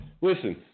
listen –